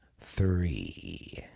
three